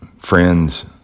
Friends